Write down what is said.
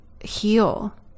heal